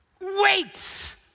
Wait